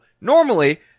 normally